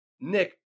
Nick